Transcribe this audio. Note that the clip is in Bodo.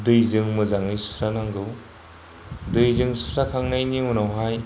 दैजों मोजाङै सुस्रानांगौ दैजों सुस्राखांनायनि उनावहाय